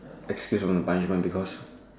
excused from the punishment because